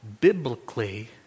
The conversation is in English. biblically